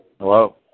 hello